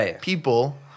people